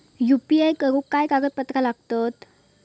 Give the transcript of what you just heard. UPI करुक काय कागदपत्रा लागतत?